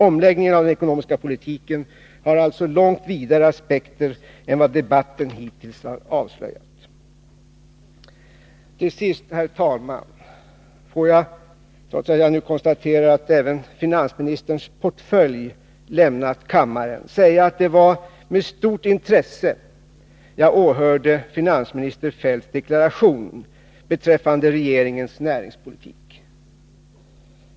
Omläggningen av den ekonomiska politiken har alltså långt vidare aspekter än vad debatten hittills har avslöjat. Trots att jag nu kan konstatera att även finansministerns portfölj har lämnat kammaren vill jag säga att det var med stort intresse som jag åhörde finansminister Feldts deklaration beträffande regeringens näringspolitik.